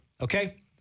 Okay